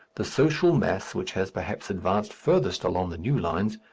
the social mass which has perhaps advanced furthest along the new lines,